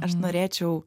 aš norėčiau